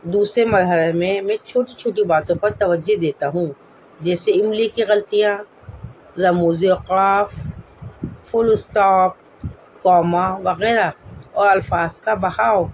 دوسرے مرحلے میں میں چھوٹی چھوٹی باتوں پر توجہ دیتا ہوں جیسے املا کی غلطیاں رموز اوقاف فل اسٹاپ کاما وغیرہ اور الفاظ کا بہاؤ